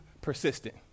persistent